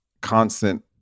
constant